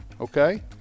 okay